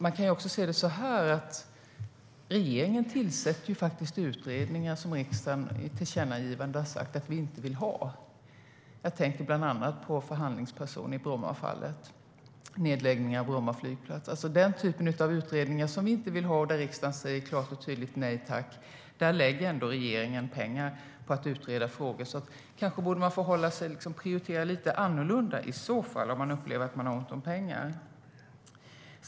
Man kan ju också se det så här: Regeringen tillsätter utredningar som riksdagen i ett tillkännagivande har sagt att vi inte vill ha. Jag tänker bland annat på förhandlingsperson i fallet nedläggningen av Bromma flygplats och den typen av utredningar som vi inte vill ha. Riksdagen säger klart och tydligt nej tack; ändå lägger regeringen pengar på att utreda frågor. Kanske borde man prioritera lite annorlunda i så fall, om man upplever att man har ont om pengar.